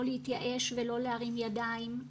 לא להתייאש ולא להרים ידיים.